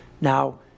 Now